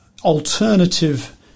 alternative